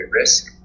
risk